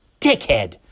dickhead